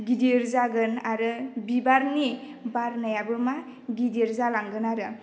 गिदिर जागोन आरो बिबारनि बारनायाबो मा गिदिर जालांगोन आरो